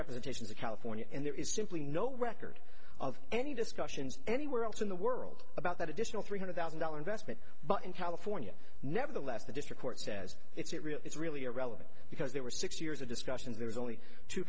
representations of california and there is simply no record of any discussions anywhere else in the world about that additional three hundred thousand dollar investment but in california nevertheless the district court says it's really irrelevant because there were six years of discussions there's only two